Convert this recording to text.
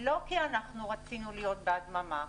לא כי אנחנו רצינו להיות בהדממה.